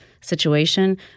situation